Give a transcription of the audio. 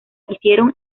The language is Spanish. hicieron